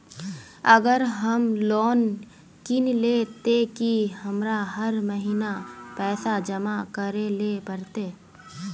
अगर हम लोन किनले ते की हमरा हर महीना पैसा जमा करे ले पड़ते?